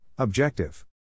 Objective